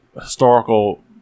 historical